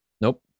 Nope